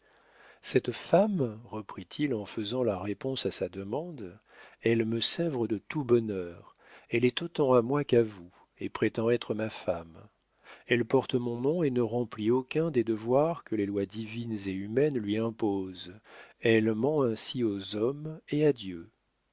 cette femme reprit-il en faisant la réponse à sa demande elle me sèvre de tout bonheur elle est autant à moi qu'à vous et prétend être ma femme elle porte mon nom et ne remplit aucun des devoirs que les lois divines et humaines lui imposent elle ment ainsi aux hommes et à dieu